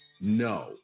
no